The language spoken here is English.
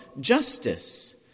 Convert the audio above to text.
justice